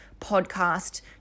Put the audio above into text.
podcast